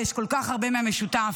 ויש כל כך הרבה מן המשותף.